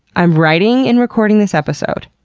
i'm writing and recording this episode.